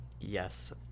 Yes